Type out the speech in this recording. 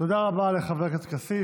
תודה רבה לחבר הכנסת כסיף.